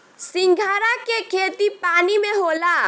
सिंघाड़ा के खेती पानी में होला